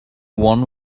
one